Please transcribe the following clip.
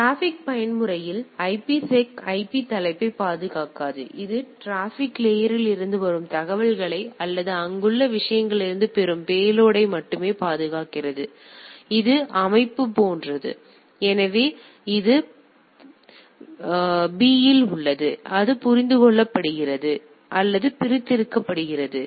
எனவே டிராபிக் பயன்முறையில் IPsec IP தலைப்பை பாதுகாக்காது இது டிராபிக் லேயர் இருந்து வரும் தகவல்களை அல்லது இங்குள்ள விஷயங்களிலிருந்து பெறும் பேலோடை மட்டுமே பாதுகாக்கிறது இது அமைப்பு இது போன்றது எனவே அது புரவலன் B இல் உள்ளது அது புரிந்துகொள்ளப்படுகிறது அல்லது பிரித்தெடுக்கப்படுகிறது